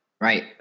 right